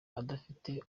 adafite